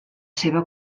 seva